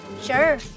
Sure